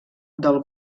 del